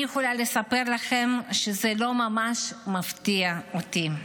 אני יכולה לספר לכם שזה לא ממש מפתיע אותי.